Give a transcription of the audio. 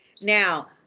Now